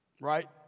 Right